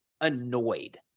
annoyed